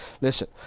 Listen